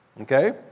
Okay